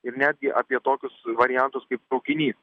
ir netgi apie tokius variantus kaip traukinys